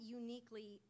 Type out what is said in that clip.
uniquely